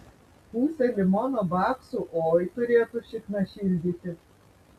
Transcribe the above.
pusė limono baksų oi turėtų šikną šildyti